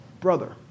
Brother